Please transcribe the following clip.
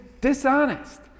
dishonest